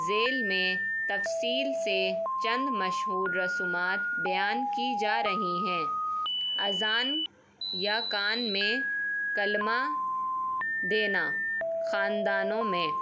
زذیل میں تفصیل سے چند مشہور رسومات بیان کی جا رہی ہیں اذان یا کان میں کلمہ دینا خاندانوں میں